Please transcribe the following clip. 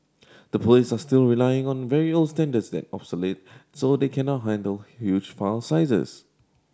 the police are still relying on very old standards that obsolete so they cannot handle huge file sizes